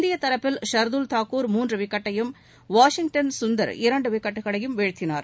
இந்திய தரப்பில் ஷர்துல் தாக்கூர் மூன்று விக்கெட்டையும் வாஷிங்டன் சுந்தர் இரண்டு விக்கெட்டையும் வீழ்த்தினர்